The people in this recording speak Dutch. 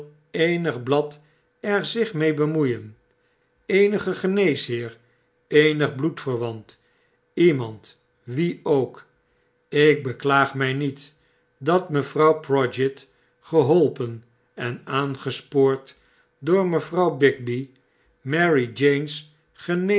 eenig blad er zich mee bemoeien eenige geneesheer eenig bloedverwant lemand wie ook ik beklaag ray niet dat mevrouw prodgit geholpen en aangespoord door mevrouw bigby marie jane's